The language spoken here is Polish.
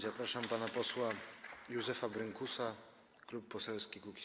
Zapraszam pana posła Józefa Brynkusa, Klub Poselski Kukiz’15.